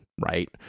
right